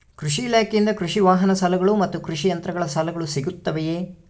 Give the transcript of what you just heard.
ಕೃಷಿ ಇಲಾಖೆಯಿಂದ ಕೃಷಿ ವಾಹನ ಸಾಲಗಳು ಮತ್ತು ಕೃಷಿ ಯಂತ್ರಗಳ ಸಾಲಗಳು ಸಿಗುತ್ತವೆಯೆ?